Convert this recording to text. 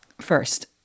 first